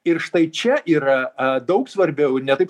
ir štai čia yra daug svarbiau ne taip